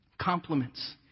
compliments